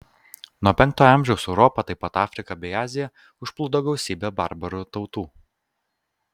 nuo penktojo amžiaus europą taip pat afriką bei aziją užplūdo gausybė barbarų tautų